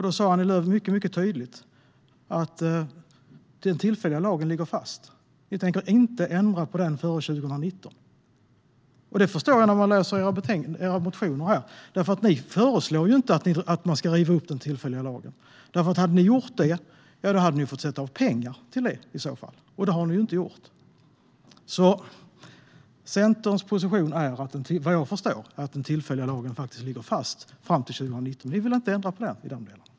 Då sa hon mycket tydligt att den tillfälliga lagen ligger fast. Vi tänker inte ändra på den före 2019, sa hon. Det förstår jag när jag läser era motioner, för ni föreslår inte att man ska riva upp den tillfälliga lagen. Om ni hade gjort det skulle ni så fall ha fått sätta av pengar till det. Och det har ni inte gjort. Centerns position är, vad jag förstår, att den tillfälliga lagen ligger fast fram till 2019. Ni vill inte ändra på den i denna del.